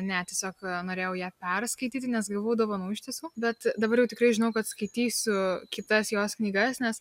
ne tiesiog norėjau ją perskaityti nes gavau dovanų iš tiesų bet dabar jau tikrai žinau kad skaitysiu kitas jos knygas nes